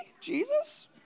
Jesus